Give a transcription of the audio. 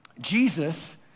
Jesus